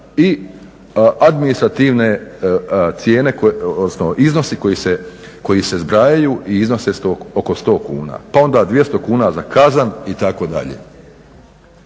i admninistrativne cijene, odnosno iznosi koji se zbrajaju i iznose oko 100 kuna. Pa onda 200 kuna za kazan itd..